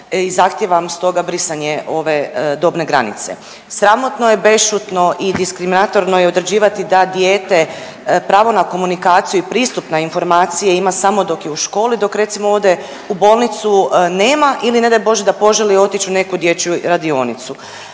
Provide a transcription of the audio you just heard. i zahtijevam stoga brisanje ove dobne granice. Sramotno je bešćutno i diskriminatorno je određivati da dijete pravo na komunikaciju i pristup na informacije ima samo dok je u školi, dok recimo ode u bolnicu nema ili ne daj bože da poželi otići u neku dječju radionicu.